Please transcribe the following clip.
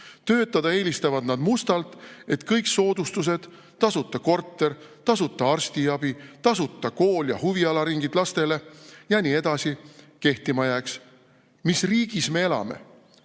töötada eelistavad nad mustalt, et kõik soodustused – tasuta korter, tasuta arstiabi, tasuta kool ja huvialaringid lastele ja nii edasi – kehtima jääks. Mis riigis me elame?